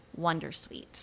wondersuite